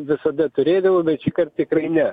visada turėdavau bet šįkart tikrai ne